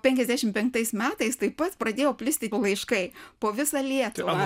penkiasdešimt penktais metais taip pat pradėjo plisti laiškai po visą lietuvą